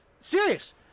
Serious